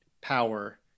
power